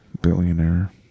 Billionaire